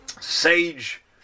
sage